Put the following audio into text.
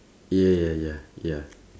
yeah ya ya ya